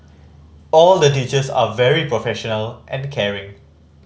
all the teachers are very professional and caring